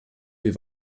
wir